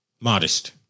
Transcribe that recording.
modest